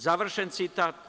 Završen citat.